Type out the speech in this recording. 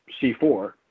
C4